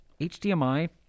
hdmi